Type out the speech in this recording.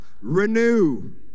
renew